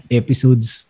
episodes